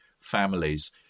families